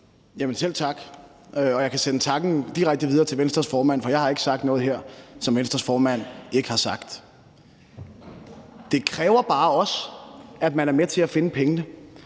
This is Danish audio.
selv tak, og jeg kan sende takken direkte videre til Venstres formand, for jeg har ikke sagt noget her, som Venstres formand ikke har sagt. Det kræver bare også, at man er med til at finde pengene,